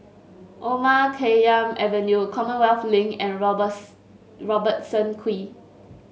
Omar Khayyam Avenue Commonwealth Link and Robertson Quay